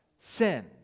Sin